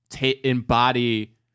embody